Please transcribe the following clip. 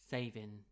Saving